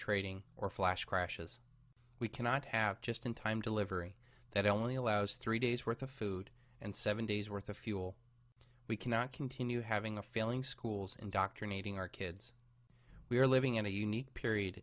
trading or flash crashes we cannot have just in time delivery that only allows three days worth of food and seven days worth of fuel we cannot continue having a failing schools indoctrinating our kids we are living in a unique period